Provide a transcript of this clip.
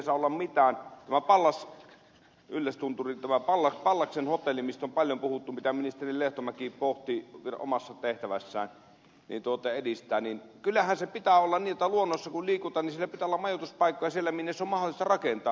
tämä pallas yllästunturin pallas hotelli josta on paljon puhuttu ja jota ministeri lehtomäki pohti vielä omassa tehtävässään edistää niin kyllähän sen pitää olla niin että luonnossa kun liikutaan niin siellä pitää olla majoituspaikkoja minne niitä on mahdollista rakentaa